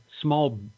small